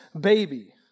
baby